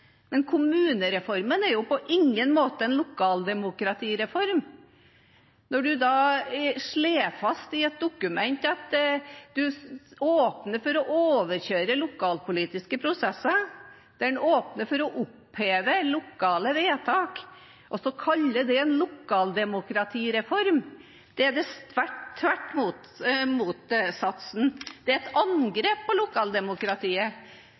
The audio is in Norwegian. er jo på ingen måte en lokaldemokratireform. Når en slår fast i et dokument at en åpner for å overkjøre lokalpolitiske prosesser, åpner for å oppheve lokale vedtak, og så kaller det for en lokaldemokratireform, så er det tvert om. Det er et angrep på lokaldemokratiet.